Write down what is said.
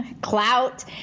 clout